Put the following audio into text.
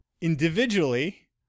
individually